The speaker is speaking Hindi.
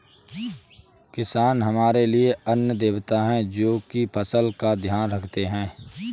किसान हमारे लिए अन्न देवता है, जो की फसल का ध्यान रखते है